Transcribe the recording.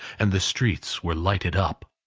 and the streets were lighted up.